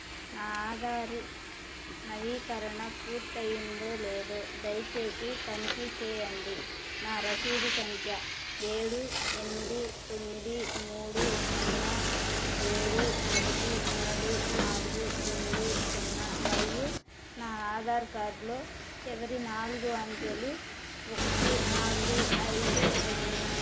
నా ఆధారు నవీకరణ పూర్తయిందో లేదో దయచేసి తనిఖీ చేయండి నా రసీదు సంఖ్య ఏడు ఎనిమిది తొమ్మిది మూడు సున్నా ఏడు ఒకటి మూడు నాలుగు రెండు సున్నా మరియు నా ఆధారు కార్డులో చివరి నాలుగు అంకెలు ఒకటి నాలుగు ఐదు రెండు